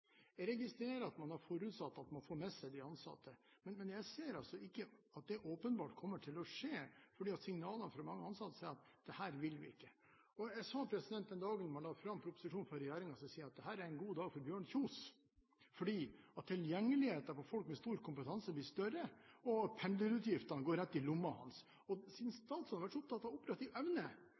Jeg registrerer at man har forutsatt at man får med seg de ansatte, men jeg ser ikke at det er åpenbart at det vil skje, for signalene fra mange ansatte er at dette vil de ikke. Jeg sa – den dagen regjeringen la fram proposisjonen – at dette er en god dag for Bjørn Kjos, fordi tilgjengeligheten på folk med stor kompetanse blir større, og pendlerutgiftene går rett i lommen hans. Siden statsråden har vært så opptatt av operativ evne,